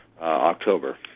October